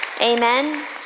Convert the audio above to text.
Amen